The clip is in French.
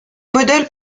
modèles